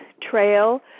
trail